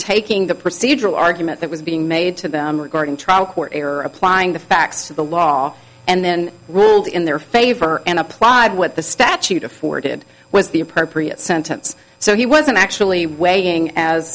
taking the procedural argument that was being made to them regarding trial court error applying the facts to the law and then ruled in their favor and applied what the statute afforded was the appropriate sentence so he wasn't actually weighing as